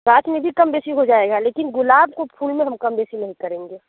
गांछ में भी कम बेसी हो जाएगा लेकिन गुलाब को फूल में हम कम बेसी नहीं करेंगे